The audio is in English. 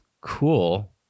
cool